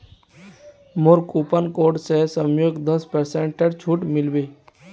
मोर coupon code स सौम्यक दस पेरसेंटेर छूट मिल बे